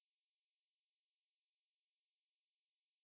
நல்லா இல்லைனா:nallaa illainaa then என்னதான்:ennathaan blame ya exactly